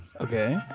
Okay